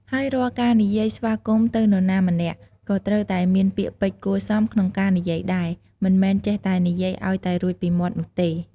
ហើយរាល់ការនិយាយស្វាគមន៍ទៅនរណាម្នាក់ ក៏ត្រូវតែមានពាក្យពេចន៍គួរសមក្នុងការនិយាយដែរមិនមែនចេះតែនិយាយអោយតែរួចពីមាត់នោះទេ។